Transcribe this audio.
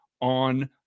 on